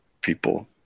people